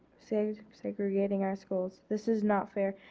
so segregating our schools. this is not fair.